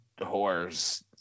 whores